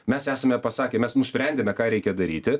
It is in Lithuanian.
mes esame pasakę mes nusprendėme ką reikia daryti